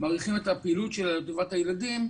את הפעילות שלה לטובת הילדים,